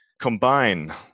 combine